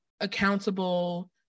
accountable